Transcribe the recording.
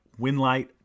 Winlight